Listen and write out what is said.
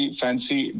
fancy